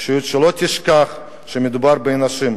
אישיות שלא תשכח שמדובר באנשים,